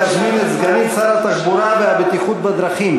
אני מתכבד להזמין את סגנית שר התחבורה והבטיחות בדרכים,